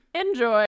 Enjoy